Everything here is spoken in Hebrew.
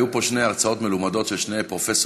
היו פה שתי הרצאות מלומדות של שני פרופסורים,